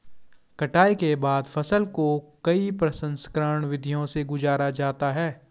कटाई के बाद फसल को कई प्रसंस्करण विधियों से गुजारा जाता है